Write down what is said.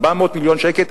400 מיליון שקל.